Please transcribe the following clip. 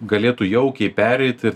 galėtų jaukiai pereit ir